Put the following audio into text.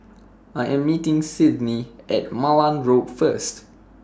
I Am meeting Sydni At Malan Road First